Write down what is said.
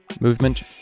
movement